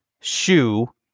shoe